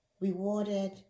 rewarded